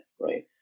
right